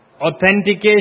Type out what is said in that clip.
Authentication